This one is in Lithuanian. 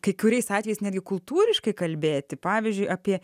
kai kuriais atvejais netgi kultūriškai kalbėti pavyzdžiui apie